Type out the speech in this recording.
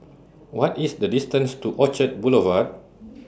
What IS The distance to Orchard Boulevard